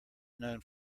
known